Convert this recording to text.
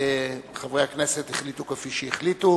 חברי הכנסת החליטו כפי שהחליטו